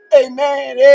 amen